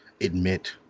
admit